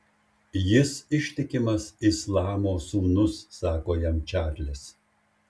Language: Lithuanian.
jis ištikimas islamo sūnus sako jam čarlis